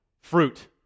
fruit